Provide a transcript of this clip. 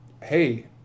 Hey